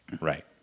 Right